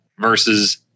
versus